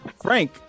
Frank